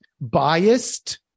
Biased